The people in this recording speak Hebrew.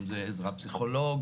אם זה עזרה פסיכולוגית.